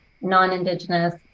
non-Indigenous